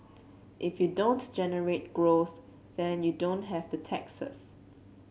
if you don't generate growth then you don't have the taxes